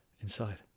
inside